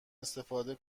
استفاده